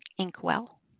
Inkwell